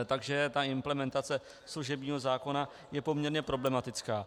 Takže implementace služebního zákona je poměrně problematická.